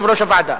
יושב-ראש הוועדה.